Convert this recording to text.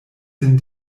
sin